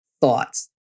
thoughts